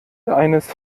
eines